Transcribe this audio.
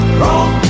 wrong